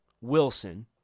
Wilson